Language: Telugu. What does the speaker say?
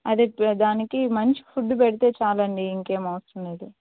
అదే దానికి మంచి ఫుడ్డు పెడితే చాలండీ ఇంకేం అవసరం లేదు